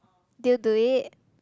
did you do it